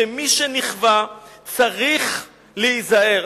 שמי שנכווה צריך להיזהר.